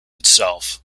itself